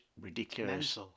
ridiculous